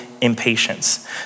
impatience